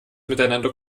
miteinander